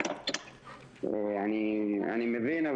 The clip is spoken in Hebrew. אני מבין.